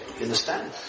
understand